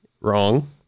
Wrong